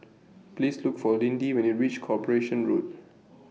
Please Look For Lindy when YOU REACH Corporation Road